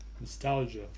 nostalgia